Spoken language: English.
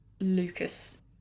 Lucas